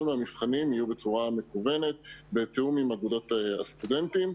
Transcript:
מהמבחנים יהיו בצורה מקוונת בתיאום עם אגודות הסטודנטים.